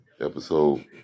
episode